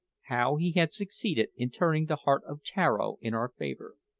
how he had succeeded in turning the heart of tararo in our favour.